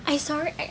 I selalu